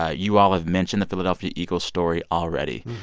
ah you all have mentioned the philadelphia eagles story already.